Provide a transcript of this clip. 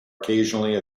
occasionally